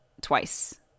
twice